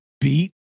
beat